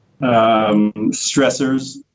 stressors